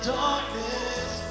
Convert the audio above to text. darkness